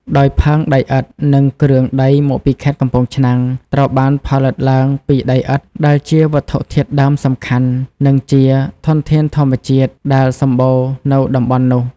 ដោយផើងដីឥដ្ឋ និងគ្រឿងដីមកពីខេត្តកំពង់ឆ្នាំង ត្រូវបានផលិតឡើងពី ដីឥដ្ឋ ដែលជាវត្ថុធាតុដើមសំខាន់ និងជាធនធានធម្មជាតិដែលសម្បូរនៅតំបន់នោះ។